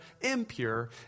impure